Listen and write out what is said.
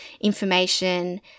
information